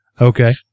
Okay